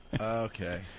Okay